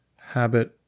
habit